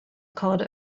called